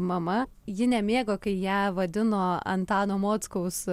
mama ji nemėgo kai ją vadino antano mockaus